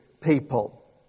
people